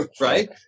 right